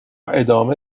ادامه